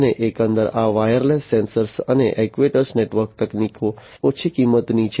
અને એકંદરે આ વાયરલેસ સેન્સર અને એક્ટ્યુએટર નેટવર્ક તકનીકો ઓછી કિંમતની છે